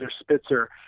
Spitzer